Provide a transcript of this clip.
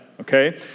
Okay